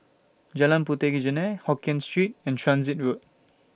Jalan Puteh Jerneh Hokkien Street and Transit Road